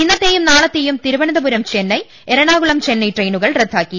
ഇന്നത്തെയും നാളത്തെയും തിരുവനന്തപുരം ചെന്നൈ എറ ണാകുളം ചെന്നൈ ട്രെയിനുകൾ റദ്ദാക്കി